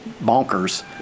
bonkers